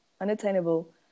unattainable